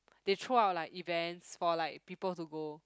they throw out like events for like people to go